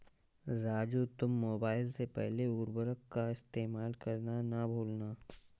राजू तुम मोबाइल से पहले उर्वरक का इस्तेमाल करना ना भूलना